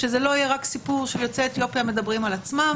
שזה לא יהיה רק סיפור של יוצאי אתיופיה שמדברים על עצמם.